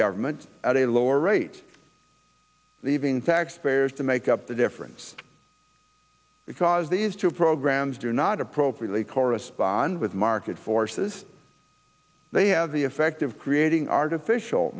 government at a lower rate leaving taxpayers to make up the difference because these two programs do not appropriately correspond with market forces they have the effect of creating artificial